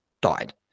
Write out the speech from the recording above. died